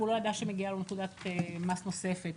והוא לא ידע שמגיעה לו נקודת מס נוספת,